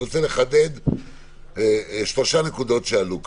אני רוצה לחדד שלוש נקודות שעלו כאן.